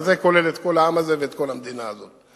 זה כולל את כל העם הזה ואת כל המדינה הזאת.